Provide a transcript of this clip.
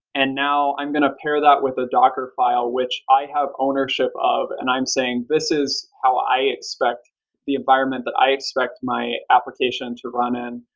and now i'm going to pair that with a docker file which i have ownership of, and i'm saying, this is how i expect the environment that i expect my application to run in.